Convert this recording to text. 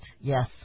yes